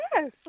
Yes